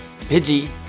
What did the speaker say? Pidgey